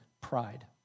pride